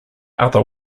other